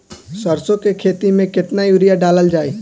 सरसों के खेती में केतना यूरिया डालल जाई?